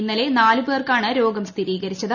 ഇന്നലെ നാലു പേർക്കാണ് രോഗം സ്ഥിരീകരിച്ചത്